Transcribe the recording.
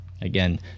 again